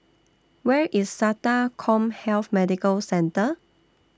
Where IS Sata Commhealth Medical Centre